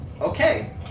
Okay